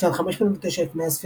בשנת 509 לפנה"ס,